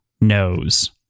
knows